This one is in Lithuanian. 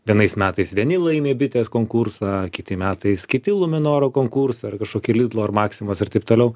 vienais metais vieni laimi bitės konkursą kiti metais kiti luminoro konkursą ar kažkokį lidlo ar maksimos ir taip toliau